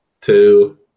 two